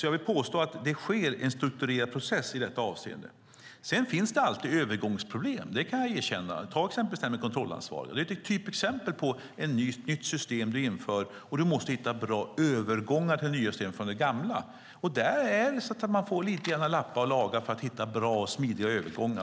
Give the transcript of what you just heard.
Jag vill påstå att det sker en strukturerad process i detta avseende. Det finns alltid övergångsproblem; det kan jag erkänna. Kontrollansvariga är ett typexempel på ett nytt system där man måste hitta bra övergångar till det nya systemet från det gamla. Man får lappa och laga för att hitta bra och smidiga övergångar.